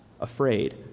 afraid